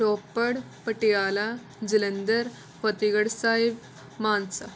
Ropar Patiala Jalandhar Fatehgarh Sahib Mansa